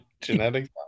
Genetics